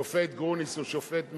השופט גרוניס הוא שופט מעולה,